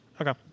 Okay